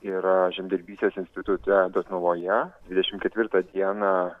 yra žemdirbystės institute dotnuvoje dvidešimt ketvirtą dieną